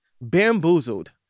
bamboozled